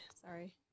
sorry